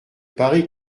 parie